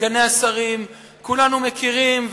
וסגני השרים, כולנו מכירים.